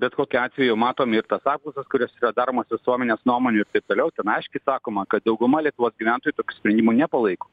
bet kokiu atveju matom ir tas apklausas kurios yra daromos visuomenės nuomonių taip toliau ten aiškiai sakoma kad dauguma lietuvos gyventojų tokio sprendimo nepalaiko